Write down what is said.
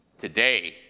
Today